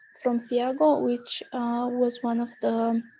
from thiago which was one of the.